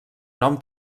nom